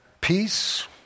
Peace